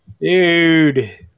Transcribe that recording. Dude